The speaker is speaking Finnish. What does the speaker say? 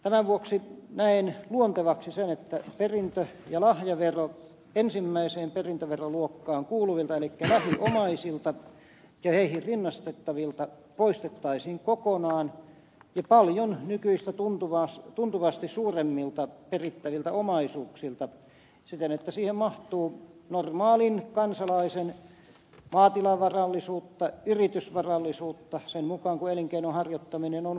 tämän vuoksi näen luontevaksi sen että perintö ja lahjavero ensimmäiseen perintöveroluokkaan kuuluvilta eli lähiomaisilta ja heihin rinnastettavilta poistettaisiin kokonaan ja nykyistä tuntuvasti suuremmilta perittäviltä omaisuuksilta siten että siihen mahtuu normaalin kansalaisen maatilavarallisuutta yritysvarallisuutta sen mukaan kuin elinkeinon harjoittaminen on vaatinut